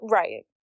right